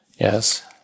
yes